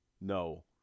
no